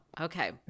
Okay